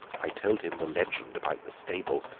i told him the legend about the stable,